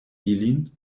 ilin